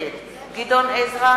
נגד גדעון עזרא,